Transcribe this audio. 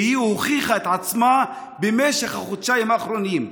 והיא הוכיחה את עצמה במשך החודשיים האחרונים.